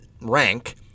rank